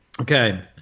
okay